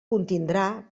contindrà